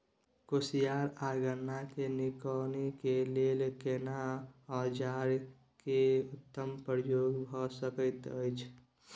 कोसयार आ गन्ना के निकौनी के लेल केना औजार के उत्तम प्रयोग भ सकेत अछि?